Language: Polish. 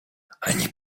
ani